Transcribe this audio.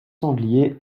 sanglier